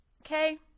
Okay